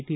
T